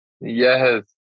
yes